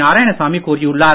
நாராயணசாமி கூறியுள்ளார்